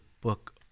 book